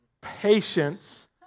Patience